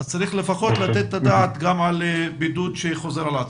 צריך לפחות לתת את הדעת גם על בידוד שחוזר על עצמו.